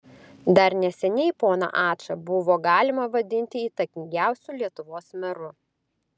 dar neseniai poną ačą buvo galima vadinti įtakingiausiu lietuvos meru